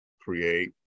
create